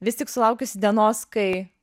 vis tik sulaukusi dienos kai